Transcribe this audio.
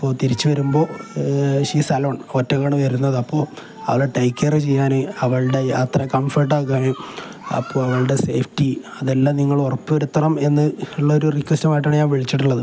അപ്പോള് തിരിച്ചുവരുമ്പോള് she is alone ഒറ്റയ്ക്കാണ് വരുന്നത് അപ്പോള് അവളെ ടേക്ക് കെയര് ചെയ്യാന് അവളുടെ യാത്ര കംഫേർട്ടാക്കാന് അപ്പോള് അവളുടെ സേഫ്റ്റി അതെല്ലാം നിങ്ങള് ഉറപ്പുവരുത്തണമെന്നുള്ള ഒരു റിക്വസ്റ്റുമായിട്ടാണ് ഞാൻ വിളിച്ചിട്ടുള്ളത്